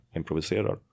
improviserar